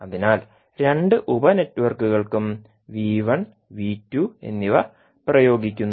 അതിനാൽ രണ്ട് ഉപ നെറ്റ്വർക്കുകൾക്കും എന്നിവ പ്രയോഗിക്കുന്നു